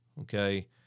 okay